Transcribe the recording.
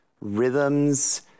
rhythms